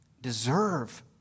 deserve